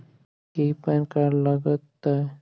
की PAN card लग तै?